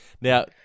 Now